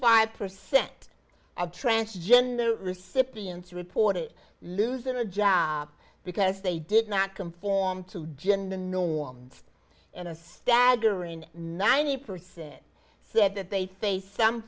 five percent of transgender recipients reported losing a job because they did not conform to gender norms and a staggering ninety percent said that they face some